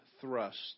thrust